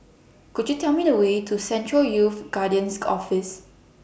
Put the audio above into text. Could YOU Tell Me The Way to Central Youth Guidance Office